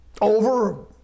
Over